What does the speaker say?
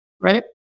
right